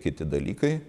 kiti dalykai